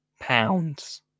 pounds